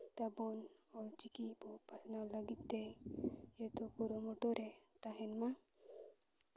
ᱪᱮᱫ ᱟᱵᱚᱱ ᱚᱞ ᱪᱤᱠᱤ ᱵᱚᱱ ᱯᱟᱥᱱᱟᱣ ᱞᱟᱹᱜᱤᱫ ᱛᱮ ᱡᱚᱛᱚ ᱠᱩᱨᱩᱢᱩᱴᱩ ᱨᱮ ᱛᱟᱦᱮᱱ ᱢᱟ